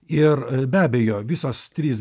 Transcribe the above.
ir be abejo visos trys